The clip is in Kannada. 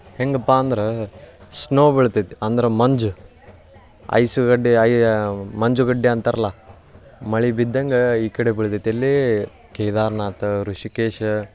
ಹೆಂಗಪ್ಪಾ ಅಂದ್ರೆ ಸ್ನೋ ಬೀಳ್ತೈತಿ ಅಂದ್ರೆ ಮಂಜು ಐಸು ಗಡ್ಡೆ ಐ ಮಂಜುಗಡ್ಡೆ ಅಂತಾರಲ್ಲ ಮಳೆ ಬಿದ್ದಂಗೆ ಈ ಕಡೆ ಬೀಳ್ತೈತೆ ಎಲ್ಲಿ ಕೇದಾರನಾಥ ಋಷಿಕೇಶ